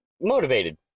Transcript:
motivated